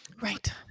Right